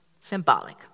Symbolic